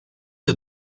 you